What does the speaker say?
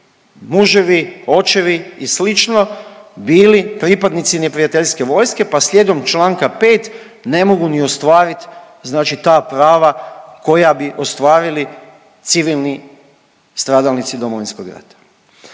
muževi, očevi i slično, bili pripadnici neprijateljske vojske, pa slijedom čl. 5. ne mogu ni ostvarit znači ta prava koja bi ostvarili civilni stradalnici Domovinskog rata.